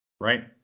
Right